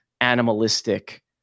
animalistic